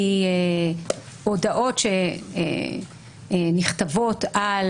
מהודעות שנכתבות על